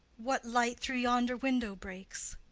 what light through yonder window breaks?